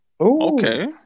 Okay